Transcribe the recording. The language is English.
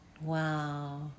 Wow